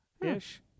ish